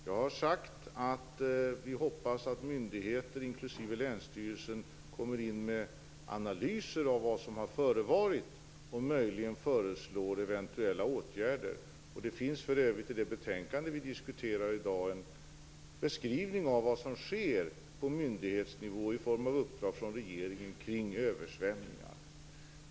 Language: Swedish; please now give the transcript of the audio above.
Jag har sagt att vi hoppas att myndigheter inklusive länsstyrelsen kommer in med analyser av vad som har förevarit och möjligen föreslår eventuella åtgärder. Det finns för övrigt i det betänkande vi diskuterar i dag en beskrivning av vad som sker på myndighetsnivå i form av uppdrag från regeringen kring översvämningar.